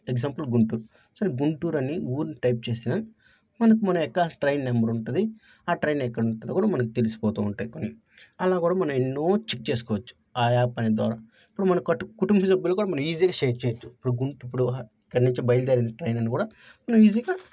example Guntur సరే గుంటూరు అని ఊరిని టైప్ చేసిన మనకు మనం ఎక్క ట్రైన్ నెంబర్ ఉంటుంది ఆ ట్రైన్ ఎక్కడ ఉంటుందో కూడా మనకి తెలిసిపోతూ ఉంటాయి కొన్ని అలా కూడా మనం ఎన్నో చెక్ చేసుకోవచ్చు ఆ యాప్ అనే ద్వారా ఇప్పుడు మన కుటుంబ సభ్యులు కూడా మనం ఈజీగా షేర్ చేయవచ్చు ఇప్పుడు గుంటూ ఇప్పుడు అక్కడ నుంచి బయలుదేరిన ట్రైన్ అని కూడా మనం ఈజీగా